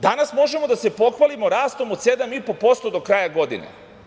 Danas možemo da se pohvalimo rastom od 7,5% do kraja godine.